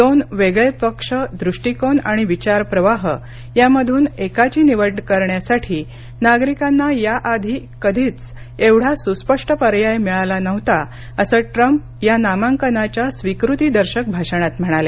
दोन वेगळे पक्ष दृष्टीकोन आणि विचारप्रवाह यामधून एकाची निवड करण्यासाठी नागरिकांना याआधी कधीच एवढा सुस्पष्ट पर्याय मिळाला नव्हता असं ट्रम्प या नामांकनाच्या स्वीकृतीदर्शक भाषणात म्हणाले